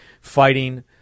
fighting